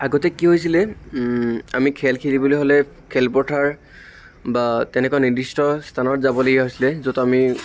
আগতে কি হৈছিলে আমি খেল খেলিবলৈ হ'লে খেলপথাৰ বা তেনেকুৱা নিৰ্দিষ্ট স্থানত যাবলগীয়া হৈছিলে য'ত আমি